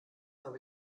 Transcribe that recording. habe